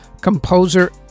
Composer